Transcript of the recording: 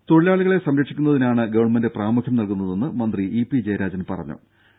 ദേദ തൊഴിലാളികളെ സംരക്ഷിക്കുന്നതിനാണ് ഗവൺമെന്റ് പ്രാമുഖ്യം നൽകുന്നതെന്ന് ജയരാജൻ മന്ത്രി ഇ